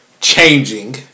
changing